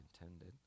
intended